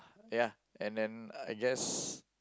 ya and then I guess